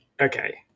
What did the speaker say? Okay